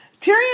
Tyrion